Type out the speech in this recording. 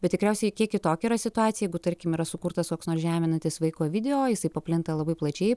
bet tikriausiai kiek kitokia yra situaciją jeigu tarkim yra sukurtas koks nors žeminantis vaiko video jisai paplinta labai plačiai